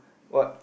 what